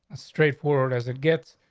straight forward as it gets,